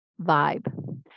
vibe